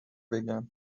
بگم